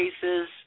cases